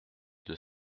deux